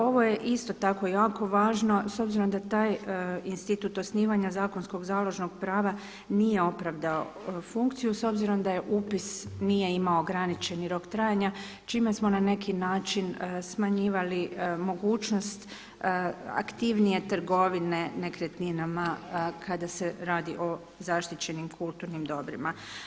Ovo je isto tako jako važno s obzirom da taj institut osnivanja zakonskog založnog prava nije opravdao funkciju s obzirom da upis nije imao ograničeni rok trajanja čime smo na neki način smanjivali mogućnost aktivnije trgovine nekretninama kada se radi o zaštićenim kulturnim dobrima.